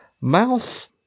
mouse